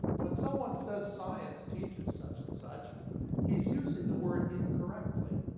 when someone says, science teaches such and such he's using the word incorrectly.